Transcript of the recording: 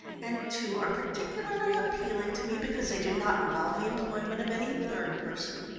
and two are particularly appealing to me because they do not involve the employment of any third person.